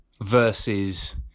versus